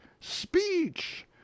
Speech